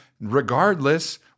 regardless